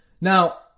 Now